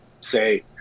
say